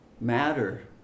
matter